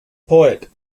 poet